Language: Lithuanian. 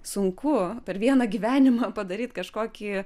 sunku per vieną gyvenimą padaryt kažkokį